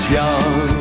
young